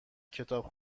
کتاب